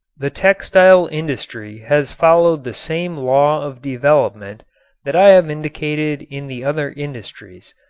the textile industry has followed the same law of development that i have indicated in the other industries.